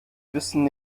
müssen